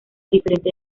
diferente